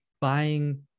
buying